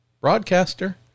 broadcaster